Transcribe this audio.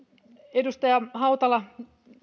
edustaja hautala